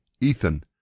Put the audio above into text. Ethan